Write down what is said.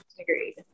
Agreed